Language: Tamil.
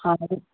அதாவது